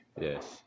Yes